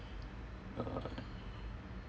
uh